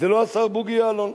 זה לא השר בוגי יעלון,